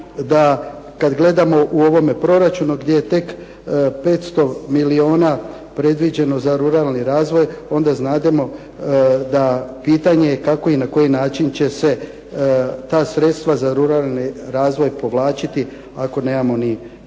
kad gledamo u ovome proračunu gdje je tek 500 milijuna predviđeno za ruralni razvoj onda znademo da pitanje kako i na koji način će se ta sredstva za ruralni razvoj povlačiti ako nemamo ni načina